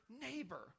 neighbor